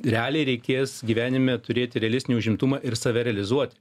realiai reikės gyvenime turėti realistinį užimtumą ir save realizuot